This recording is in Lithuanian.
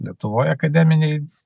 lietuvoj akademiniai